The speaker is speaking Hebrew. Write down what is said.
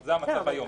זה המצב היום.